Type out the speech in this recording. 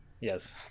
Yes